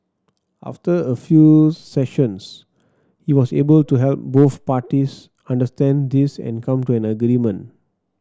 after a few sessions he was able to help both parties understand this and come to an agreement